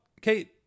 Kate